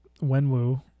Wenwu